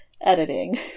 editing